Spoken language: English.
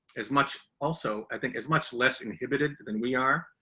as much also, i think as much less inhibited than we are,